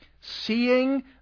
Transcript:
seeing